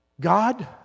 God